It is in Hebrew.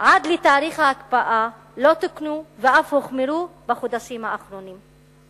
עד לתאריך ההקפאה לא תוקנו ואף הוחמרו בחודשים האחרונים.